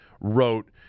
wrote